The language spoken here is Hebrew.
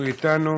הוא איתנו.